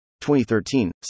2013